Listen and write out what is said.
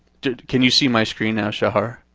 can you see my screen now, shahar?